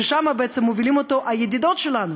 שמובילות אותו הידידות שלנו,